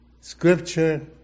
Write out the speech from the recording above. scripture